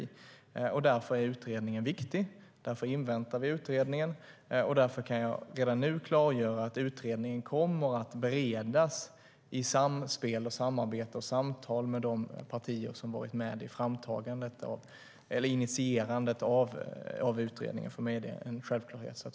Därför är utredningen viktig, och därför inväntar vi den. Jag kan redan nu klargöra att utredningen kommer att beredas i samspel, samarbete och samtal med de partier som varit med i initierandet av utredningen. För mig är det en självklarhet.